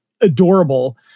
adorable